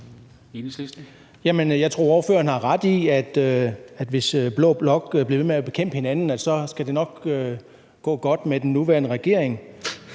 Jeg tror, ordføreren har ret i, at hvis blå blok bliver ved med at bekæmpe hinanden, så skal det nok gå godt med den nuværende regering.